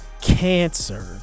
cancer